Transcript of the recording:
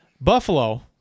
Buffalo